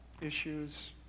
issues